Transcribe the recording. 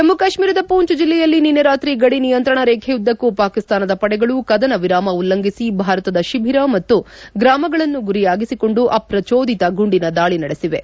ಜಮ್ಮ ಕಾಶ್ಮೀರದ ಮೂಂಚ್ ಜಿಲ್ಲೆಯಲ್ಲಿ ನಿನ್ನೆ ರಾತ್ರಿ ಗಡಿ ನಿಯಂತ್ರಣ ರೇಬೆಯುದ್ದಕ್ಕೂ ಪಾಕಿಸ್ತಾನದ ಪಡೆಗಳು ಕದನ ವಿರಾಮ ಉಲ್ಲಂಘಿಸಿ ಭಾರತದ ಶಿಬಿರ ಮತ್ತು ಗ್ರಾಮಗಳನ್ನು ಗುರಿಯಾಗಿಸಿಕೊಂಡು ಅಪ್ರಚೋದಿತ ಗುಂಡಿನ ದಾಳಿ ನಡೆಸಿವೆ